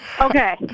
Okay